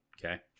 Okay